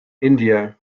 india